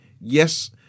yes